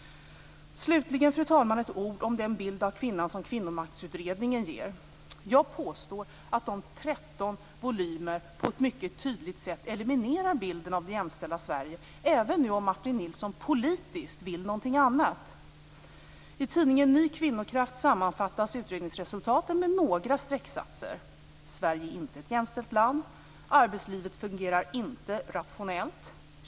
Slutligen, fru talman, vill jag säga ett ord om den bild av kvinnan som Kvinnomaktsutredningen ger. Jag påstår att dessa 13 volymer på ett mycket tydligt sätt eliminerar bilden av det jämställda Sverige, även om nu Martin Nilsson politiskt vill någonting annat. I tidningen Ny Kvinnokraft sammanfattas utredningsresultaten med några strecksatser: - Sverige är inte ett jämställt land. - Arbetslivet fungerar inte rationellt.